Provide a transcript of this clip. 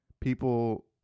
people